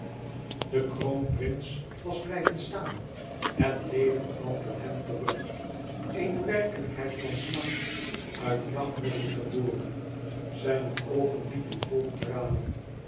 de kroonprins was blijven staan het leven kwam tot hem terug eene werkelijkheid van smart uit nachtmerrie geboren zijne oogen liepen vol tranen